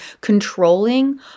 controlling